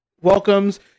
welcomes